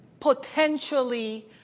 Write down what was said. potentially